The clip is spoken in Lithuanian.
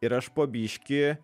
ir aš po biškį